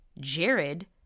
Jared